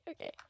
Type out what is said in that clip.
okay